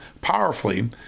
powerfully